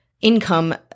income